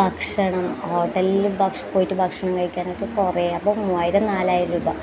ഭക്ഷണം ഹോട്ടലിൽ പോയിട്ട് ഭക്ഷണം കഴിക്കാനൊക്കെ കുറേ അപ്പം മൂവായിരം നാലായിരം രൂപ